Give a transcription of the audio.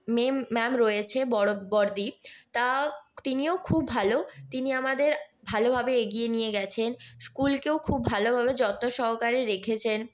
ma'am রয়েছে বড়ো বড়দি তা তিনিও খুব ভালো তিনি আমাদের ভালোভাবে এগিয়ে নিয়ে গেছেন স্কুলকেও খুব ভালোভাবে যত্ন সহকারে রেখেছেন